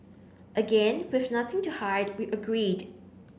again with nothing to hide we agreed